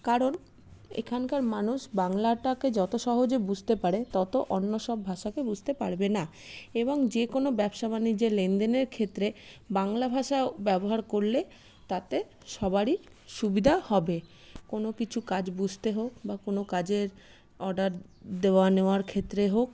কারণ এখানকার মানুষ বাংলাটাকে যত সহজে বাংলাটাকে বুঝতে পারে তত অন্য সব ভাষাকে বুঝতে পারবে না এবং যে কোনো ব্যবসা বাণিজ্যের লেনদেনের ক্ষেত্রে বাংলা ভাষা ব্যবহার করলে তাতে সবারই সুবিধা হবে কোনো কিছু কাজ বুঝতে হোক বা কোনো কাজের অর্ডার দেওয়া নেওয়ার ক্ষেত্রে হোক